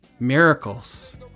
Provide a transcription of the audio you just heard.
Miracles